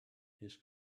his